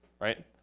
right